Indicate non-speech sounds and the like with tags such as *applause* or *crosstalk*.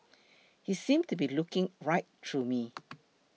he seemed to be looking right through me *noise*